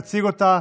תציג אותה